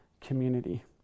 community